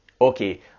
Okay